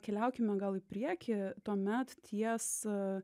keliaukime gal į priekį tuomet ties